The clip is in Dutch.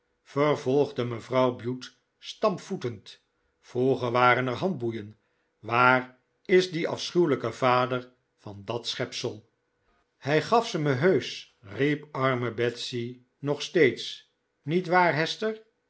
vervolgde mevrouw bute stampvoetend vroeger waren er handboeien waar is die afschuwelijke vader van dat schepsel hij gaf ze mij heusch riep arme betsy nog steeds niet waar hester